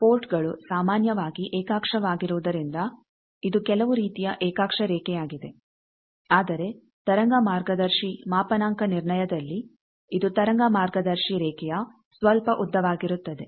ಆದ್ದರಿಂದ ಪೋರ್ಟ್ಗಳು ಸಾಮಾನ್ಯವಾಗಿ ಏಕಾಕ್ಷವಾಗಿರುವುದರಿಂದ ಇದು ಕೆಲವು ರೀತಿಯ ಏಕಾಕ್ಷ ರೇಖೆಯಾಗಿದೆ ಆದರೆ ತರಂಗ ಮಾರ್ಗದರ್ಶಿ ಮಾಪನಾಂಕ ನಿರ್ಣಯದಲ್ಲಿ ಇದು ತರಂಗ ಮಾರ್ಗದರ್ಶಿ ರೇಖೆಯ ಸ್ವಲ್ಪ ಉದ್ದವಾಗಿರುತ್ತದೆ